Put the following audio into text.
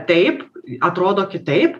taip atrodo kitaip